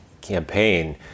campaign